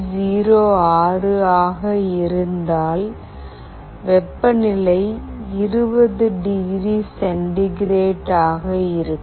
06 ஆக இருந்தால் வெப்பநிலை 20 டிகிரி சென்டிகிரேட் ஆக இருக்கும்